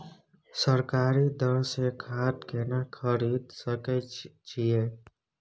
सरकारी दर से खाद केना खरीद सकै छिये?